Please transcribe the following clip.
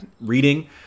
reading